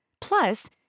Plus